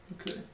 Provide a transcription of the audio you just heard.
Okay